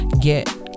Get